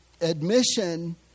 admission